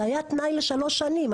זה היה תנאי לשלוש שנים,